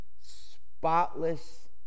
spotless